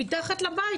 מתחת לבית.